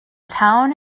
town